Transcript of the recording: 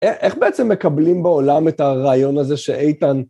איך בעצם מקבלים בעולם את הרעיון הזה שאיתן...